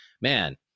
Man